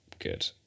good